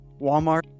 Walmart